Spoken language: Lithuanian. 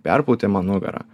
perpūtė man nugarą